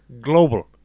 global